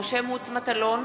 משה מטלון,